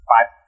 Five